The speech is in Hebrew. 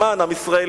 למען עם ישראל,